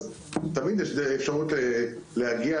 אז תמיד יש אפשרות להגיע,